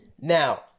Now